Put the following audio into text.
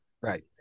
right